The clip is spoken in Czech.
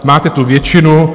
Máte tu většinu.